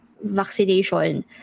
vaccination